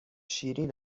شیرین